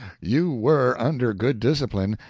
you were under good discipline,